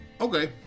Okay